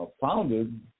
founded